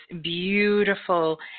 beautiful